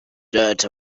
dirt